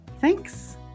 thanks